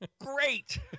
great